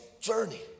journey